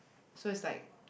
so is like